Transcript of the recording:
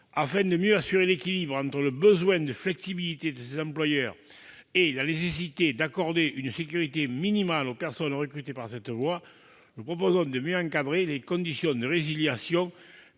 afin d'assurer l'équilibre entre le besoin de flexibilité de ces employeurs et la nécessité d'accorder une sécurité minimale aux personnes recrutées par cette voie, nous proposons de mieux encadrer les conditions de résiliation